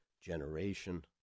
generation